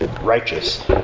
righteous